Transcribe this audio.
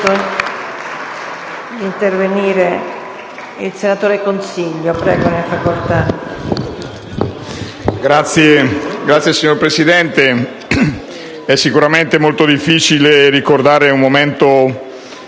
Signor Presidente, è sicuramente molto difficile ricordare il momento